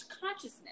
consciousness